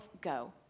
go